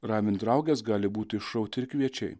ravint rauges gali būti šauti ir kviečiai